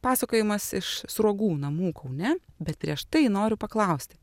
pasakojimas iš sruogų namų kaune bet prieš tai noriu paklausti